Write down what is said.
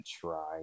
try